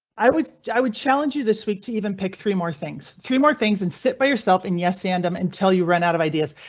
i would i would challenge you this week to even pick three more things through more things and sit by yourself. and yes, and am until you run out of ideas.